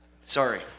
sorry